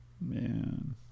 Man